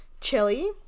chili